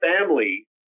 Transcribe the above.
family